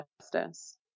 justice